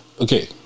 okay